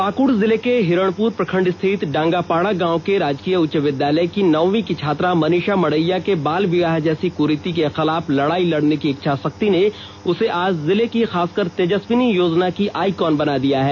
पाकृड जिले के हिरणपुर प्रखंड स्थित डांगापाड़ा गांव के राजकीय उच्च विद्यालय की नौ वीं की छात्रा मनीषा मड़ैया के बाल विवाह जैसी कुरीति के खिलाफ लड़ाई लड़ने की इच्छाशक्ति ने उसे आज जिले की खासकर तेजस्वनी योजना का आइकॉन बना दिया है